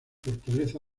fortaleza